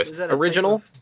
original